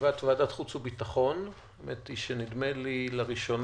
ישיבת ועדת החוץ והביטחון - נדמה לי שלראשונה